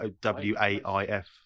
w-a-i-f